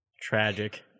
Tragic